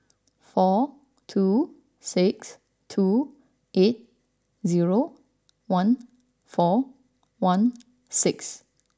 four two six two eight zero one four one six